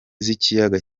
z’ikiyaga